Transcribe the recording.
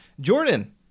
Jordan